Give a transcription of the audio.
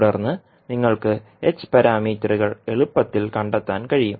തുടർന്ന് നിങ്ങൾക്ക് h പാരാമീറ്ററുകൾ എളുപ്പത്തിൽ കണ്ടെത്താൻ കഴിയും